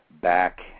back